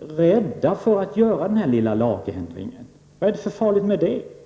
rädda för att införa denna lilla lagändring? Vad är det för farligt med det?